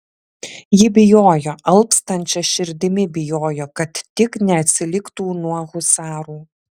jis bijojo alpstančia širdimi bijojo kad tik neatsiliktų nuo husarų